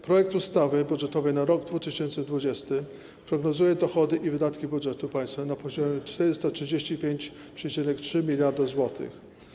Projekt ustawy budżetowej na rok 2020 prognozuje dochody i wydatki budżetu państwa na poziomie 435,3 mld zł.